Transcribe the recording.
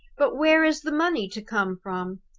but where is the money to come from?